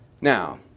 Now